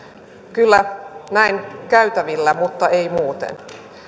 kyllä käytävillä mutta emme muuten